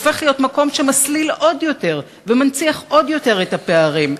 הופך להיות מקום שמסליל עוד יותר ומנציח עוד יותר את הפערים,